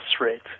rate